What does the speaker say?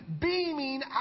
beaming